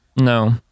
no